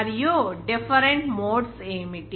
మరియు different modes ఏమిటి